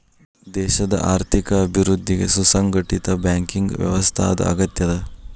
ದೇಶದ್ ಆರ್ಥಿಕ ಅಭಿವೃದ್ಧಿಗೆ ಸುಸಂಘಟಿತ ಬ್ಯಾಂಕಿಂಗ್ ವ್ಯವಸ್ಥಾದ್ ಅಗತ್ಯದ